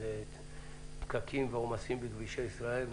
של פקקים ועומסים בכבישי ישראל.